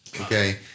okay